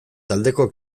taldeko